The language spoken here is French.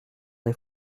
des